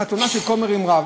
חתונה של כומר עם רב.